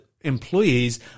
employees